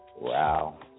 Wow